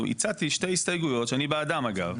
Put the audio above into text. הצעתי שתי הסתייגויות שאני בעדן אגב,